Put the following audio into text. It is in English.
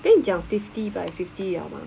跟你讲 fifty by fifty 了 mah